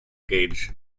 gauge